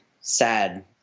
sad